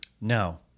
No